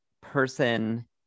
person